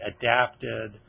adapted